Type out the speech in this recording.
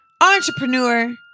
entrepreneur